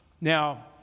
Now